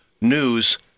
news